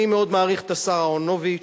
אני מאוד מעריך את השר אהרונוביץ,